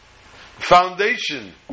foundation